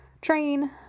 train